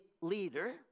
leader